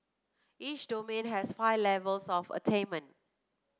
each domain has five levels of attainment